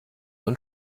und